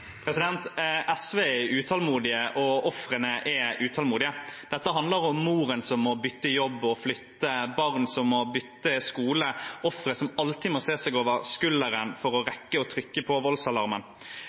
SV er utålmodige, og ofrene er utålmodige. Dette handler om moren som må bytte jobb og flytte, barn som må bytte skole, ofre som alltid må se seg over skulderen for å